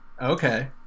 okay